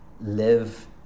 live